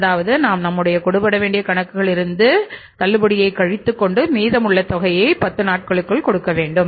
அதாவது நாம் நம்முடைய கொடு படவேண்டிய கணக்கிலிருந்து பணத்தை கழித்து கொண்டு மீதமுள்ள தொகையை 10 நாட்களுக்குள் கொடுக்க வேண்டும்